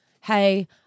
hey